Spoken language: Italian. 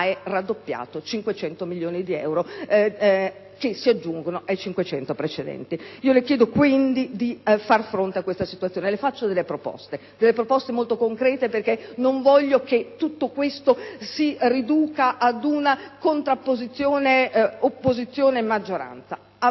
di 500 milioni di euro, che si aggiungono ai 500 precedenti. Le chiedo quindi di far fronte a questa situazione e le faccio delle proposte molto concrete, perché non voglio che tutto ciò si riduca ad una contrapposizione opposizione-maggioranza: